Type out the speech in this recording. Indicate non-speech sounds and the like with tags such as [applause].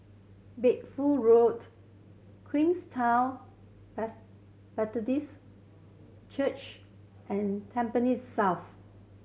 Bedford Road Queenstown [unintelligible] Baptist Church and Tampines South